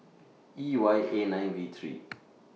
E Y eight nine V three